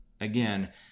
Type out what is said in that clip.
again